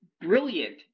brilliant